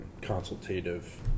consultative